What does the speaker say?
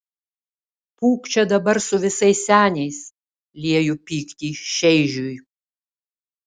pūk čia dabar su visais seniais lieju pyktį šeižiui